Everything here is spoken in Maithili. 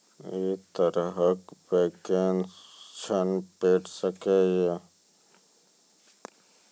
ऐ तरहक बैंकोसऽ ॠण भेट सकै ये?